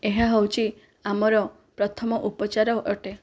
ଏହା ହେଉଛି ଆମର ପ୍ରଥମ ଉପଚାର ଅଟେ